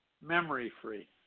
memory-free